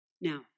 Now